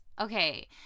Okay